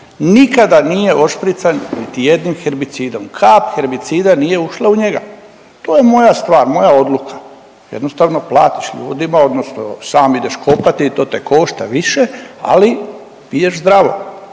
nikada nije ošprican niti jednim hebricidom, kap herbicida nije ušla u njega, to je moja stvar, moja odluka, jednostavno platiš ljudima odnosno sam ideš kopati i to te košta više, ali piješ zdravo,